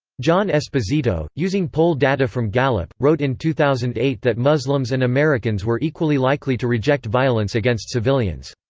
john esposito, using poll data from gallup, wrote in two thousand and eight that muslims and americans were equally likely to reject violence against civilians.